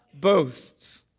boasts